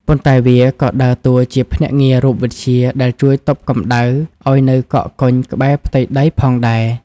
ប៉ុន្តែវាក៏ដើរតួជាភ្នាក់ងាររូបវិទ្យាដែលជួយទប់កម្ដៅឱ្យនៅកកកុញក្បែរផ្ទៃដីផងដែរ។